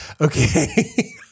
okay